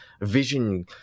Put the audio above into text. vision